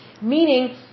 meaning